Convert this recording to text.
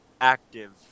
active